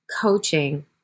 coaching